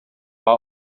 war